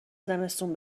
زمستون